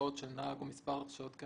שהרשעות של נהג או מספר הרשעות כן